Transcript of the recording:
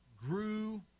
grew